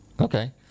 Okay